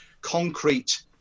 concrete